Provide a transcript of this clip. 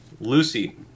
Lucy